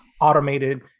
automated